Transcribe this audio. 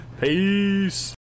Peace